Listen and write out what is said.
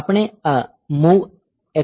આપણે આ MOVX ADPTR મેળવી શકીએ છીએ